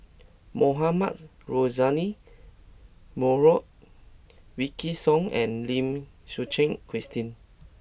Mohamed Rozani Maarof Wykidd Song and Lim Suchen Christine